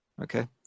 okay